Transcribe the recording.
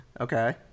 Okay